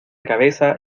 cabeza